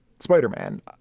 Spider-Man